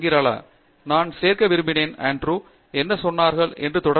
துங்கிராலா நான் சேர்க்க விரும்பினேன் ஆண்ட்ரூ என்ன சொன்னார் என்று தொடர்ந்து